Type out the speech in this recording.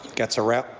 gets around,